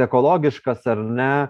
ekologiškas ar ne